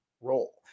role